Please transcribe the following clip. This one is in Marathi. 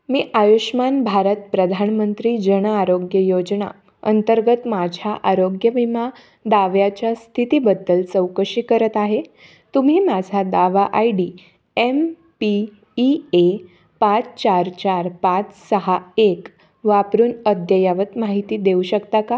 मी आयुष्मान भारत प्रधानमंत्री जन आरोग्य योजना अंतर्गत माझ्या आरोग्य विमा दाव्याच्या स्थितीबद्दल चौकशी करत आहे तुम्ही माझा दावा I D M P E ए पाच चार चार पाच सहा एक वापरून अद्ययावत माहिती देऊ शकता का